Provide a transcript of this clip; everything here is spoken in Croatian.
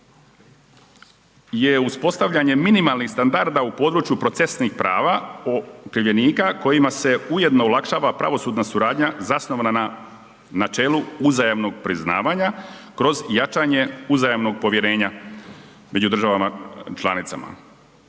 je uspostavljanje minimalnih standarda u području procesnih prava okrivljenika kojima se ujedno olakšava pravosudna suradnja zasnovana na načelu uzajamnog priznavanja kroz jačanje uzajamnog povjerenja među državama članica.